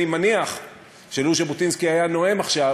אני מניח שלו ז'בוטינסקי היה נואם עכשיו